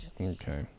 okay